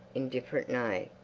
indifferent neigh.